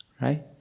Right